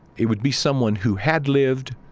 it would be someone who had lived